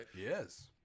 Yes